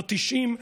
לא 90%,